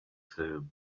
zoom